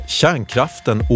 kärnkraften